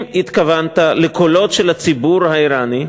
אם התכוונת לקולות של הציבור האיראני,